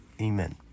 Amen